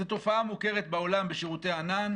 זו תופעה מוכרת בעולם בשירותי הענן,